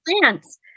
plants